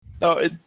No